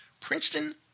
Princeton